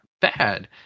bad